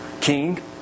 King